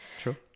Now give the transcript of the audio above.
True